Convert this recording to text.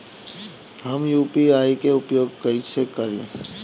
हम यू.पी.आई के उपयोग कइसे करी?